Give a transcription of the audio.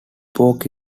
pork